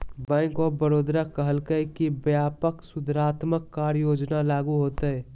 bank of Baroda कहलकय कि व्यापक सुधारात्मक कार्य योजना लागू होतय